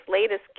latest